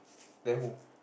then who